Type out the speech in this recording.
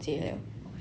my kakak say